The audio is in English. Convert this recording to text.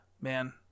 man